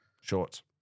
shorts